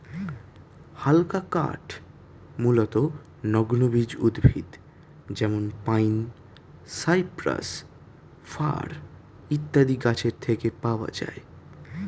হালকা কাঠ মূলতঃ নগ্নবীজ উদ্ভিদ যেমন পাইন, সাইপ্রাস, ফার ইত্যাদি গাছের থেকে পাওয়া যায়